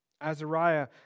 Azariah